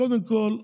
קודם כול,